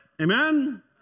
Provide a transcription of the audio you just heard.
Amen